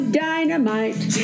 dynamite